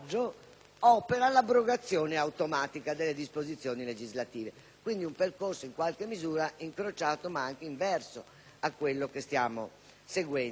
l'abrogazione automatica delle disposizioni legislative. Si tratta, quindi, di un percorso in qualche misura incrociato ma anche inverso a quello che stiamo seguendo.